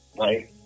right